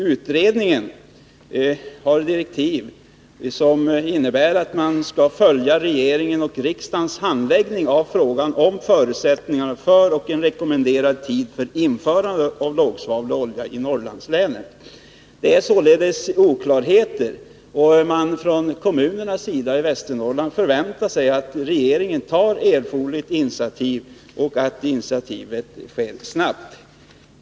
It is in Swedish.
Utredningen har direktiv som innebär att man skall följa regeringens och riksdagens handläggning av frågan om förutsättningarna och en rekommenderad tidpunkt för införande av lågsvavlig olja i Västernorrlands län. Det finns sålunda oklarheter. Kommunerna i Västernorrland förväntar sig att regeringen snabbt tar erforderliga initiativ.